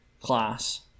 class